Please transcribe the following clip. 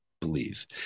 believe